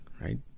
right